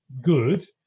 good